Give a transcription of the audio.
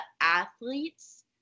athletes